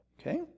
okay